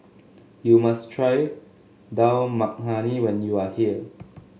you must try Dal Makhani when you are here